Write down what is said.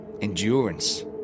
Endurance